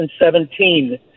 2017